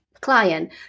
client